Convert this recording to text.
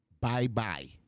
bye-bye